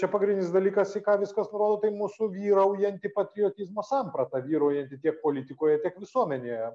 čia pagrindinis dalykas į ką viskas nurodo tai mūsų vyraujanti patriotizmo samprata vyraujanti tiek politikoje tiek visuomenėje